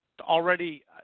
already –